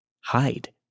Hide